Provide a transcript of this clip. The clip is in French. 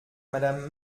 madame